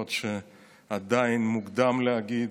למרות שעדיין מוקדם להגיד,